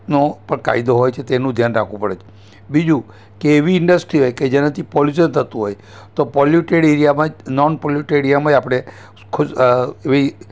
નો પણ કાયદો હોય છે તેનું ધ્યાન રાખવું પડે છે બીજુ કે એવી ઇન્ડસ્ટ્રી હોય કે જેનાથી પોલ્યુસન થતું હોય તો પોલ્યુટેડ એરિયામાં જ નોન પોલ્યુટ એરિયામાં જ આપણે